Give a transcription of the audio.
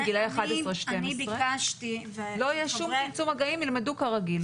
גילי 12-11 לא יהיה צמצום מגעים וילמדו כרגיל.